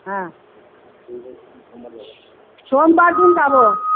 হ্যাঁ সোমবার দিন যাব